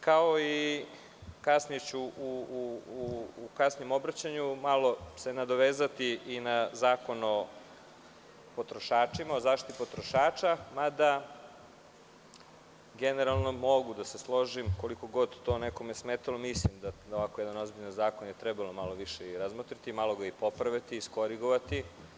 Kasnije će u kasnijem obraćanju malo se nadovezati i na Zakon o zaštiti potrošača, mada generalno mogu da se složim, koliko god to nekome smetalo mislim da ovako jedan ozbiljan zakon je trebalo malo više razmotriti i malo ga popraviti, iskorigovati.